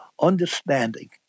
understanding